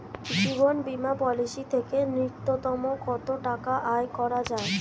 জীবন বীমা পলিসি থেকে ন্যূনতম কত টাকা আয় করা যায়?